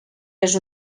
les